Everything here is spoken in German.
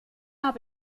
habe